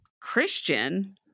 Christian